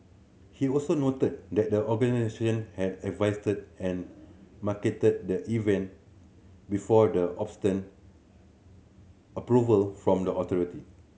he also noted that the organiser had advertised and marketed the event before the obtained approval from the authority